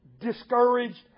discouraged